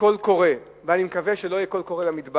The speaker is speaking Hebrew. כקול קורא, ואני מקווה שלא יהיה קול קורא במדבר.